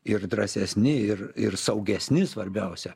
ir drąsesni ir ir saugesni svarbiausia